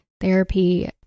Therapy